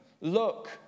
Look